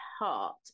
heart